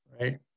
Right